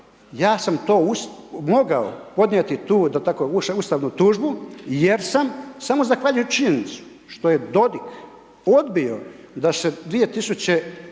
ja sam to mogao podnijeti tu ustavnu tužbu jer sam samo zahvaljujući činjenici što je Dodik odbio da se 2010.